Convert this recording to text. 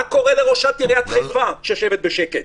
מה קורה לראשת עיריית חיפה שיושבת בשקט?